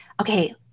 okay